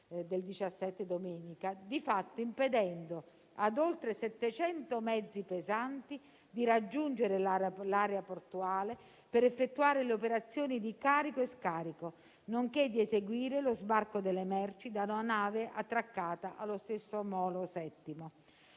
16 e domenica 17, di fatto impedendo a oltre 700 mezzi pesanti di raggiungere l'area portuale per effettuare le operazioni di carico e scarico, nonché di eseguire lo sbarco delle merci da una nave attraccata allo stesso molo VII.